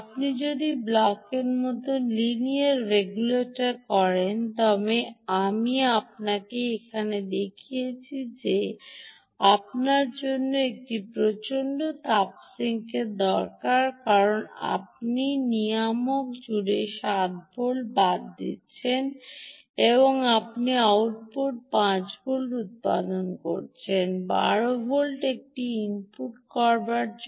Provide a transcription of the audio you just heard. আপনি যদি ব্লকের মতো লিনিয়ার রেগুলেটর করেন তবে আমি আপনাকে এখানে দেখিয়েছি যে আপনার জন্য একটি প্রচন্ড তাপ সিঙ্ক দরকার কারণ আপনি নিয়ামক জুড়ে 7 ভোল্ট বাদ দিচ্ছেন এবং আপনি আউটপুটে 5 ভোল্ট উত্পাদন করছেন 12 ভোল্ট একটি ইনপুট জন্য